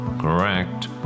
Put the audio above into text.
correct